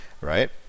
right